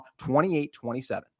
28-27